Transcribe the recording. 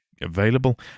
available